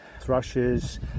Thrushes